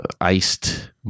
iced